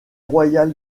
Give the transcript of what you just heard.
royal